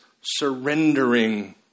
surrendering